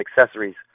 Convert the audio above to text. accessories